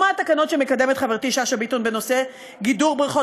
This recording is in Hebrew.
כמו התקנות שמקדמת חברתי שאשא ביטון בנושא גידור בריכות